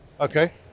Okay